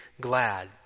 glad